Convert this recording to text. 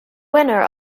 winner